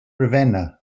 ravenna